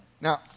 Now